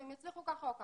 הם יצליחו כך או כך.